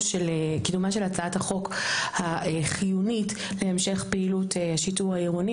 של הצעת החוק החיונית להמשך פעילות השיטור העירוני,